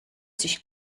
sich